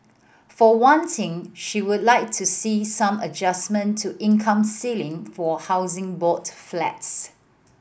for one thing she would like to see some adjustment to income ceiling for a Housing Board flats